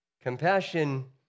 Compassion